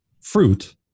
fruit